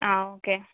आं ओके